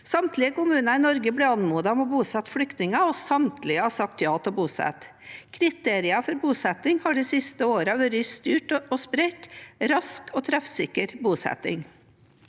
Samtlige kommuner i Norge ble anmodet om å bosette flyktninger, og samtlige har sagt ja til å bosette. Kriterier for bosetting har de siste årene vært styrt, spredt, rask og treffsikker bosetting.